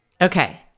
Okay